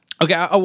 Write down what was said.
Okay